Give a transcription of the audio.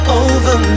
over